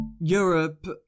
Europe